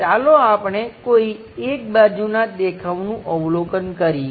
ચાલો આપણે કોઈ એક બાજુના દેખાવનું અવલોકન કરીએ